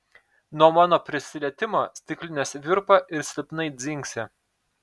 nuo mano prisilietimo stiklinės virpa ir silpnai dzingsi